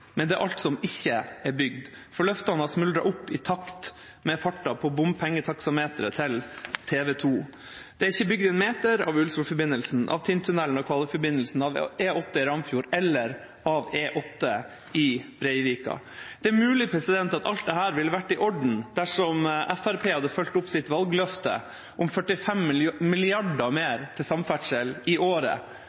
men alt som ikke er bygd. Løftene har smuldret opp i takt med farten på bompengetaksameteret til TV 2. Det er ikke bygd en meter av Ullsfjordforbindelsen, Tindtunnelen, Kvaløyforbindelsen, E8 i Ramfjord eller E8 i Breivika. Det er mulig at alt dette ville vært i orden dersom Fremskrittspartiet hadde fulgt opp sitt valgløfte om 45 mrd. kr mer til samferdsel i året.